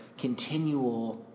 continual